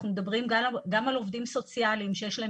אנחנו מדברים גם על עובדים סוציאליים שיש להם